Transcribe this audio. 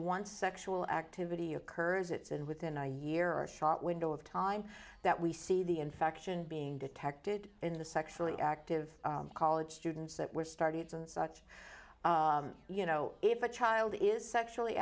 once sexual activity occurs it's in within a year or shot window of time that we see the infection being detected in the sexually active college students that were started in such you know if a child is sexually